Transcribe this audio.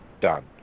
Done